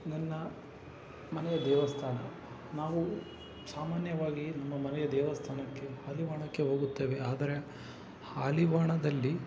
ನನ್ನ ಮನೆಯ ದೇವಸ್ಥಾನ ನಾವು ಸಾಮಾನ್ಯವಾಗಿ ನಮ್ಮ ಮನೆಯ ದೇವಸ್ಥಾನಕ್ಕೆ ಹಾಲಿವಾಣಕ್ಕೆ ಹೋಗುತ್ತೇವೆ ಆದರೆ ಹಾಲಿವಾಣದಲ್ಲಿ